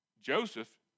Joseph